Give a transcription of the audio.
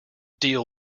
deal